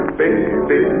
baby